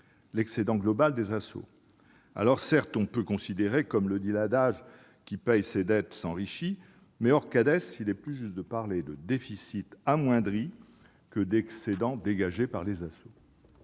l'excédent global des ASSO. Alors, certes, on peut considérer que, comme le dit l'adage, « qui paye ses dettes s'enrichit », mais, hors Cades, il est plus juste de parler de déficits amoindris que d'excédents dégagés par les ASSO.